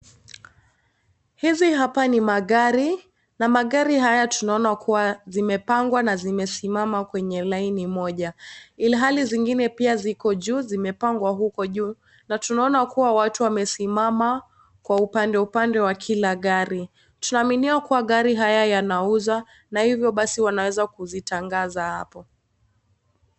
Hizi hapa ni magari, na magari haya tunaona kuwa yamepangwa na zimesimama kwenye laini moja. Ilhali zingine ziko juu zimepangwa huko juu na tunaona kuwa watu wamesimama kwa upande upande wa kila gari. Tunaaminia kuwa magari haya yanauzwa na hivyo basi wanaweza kuvitangaza hapo.